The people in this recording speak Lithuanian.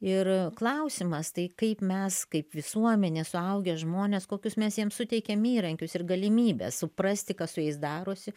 ir klausimas tai kaip mes kaip visuomenė suaugę žmonės kokius mes jiem suteikiam įrankius ir galimybes suprasti kas su jais darosi